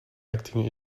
acting